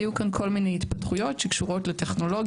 היו כאן כל מיני התפתחויות שקשורות לטכנולוגיה,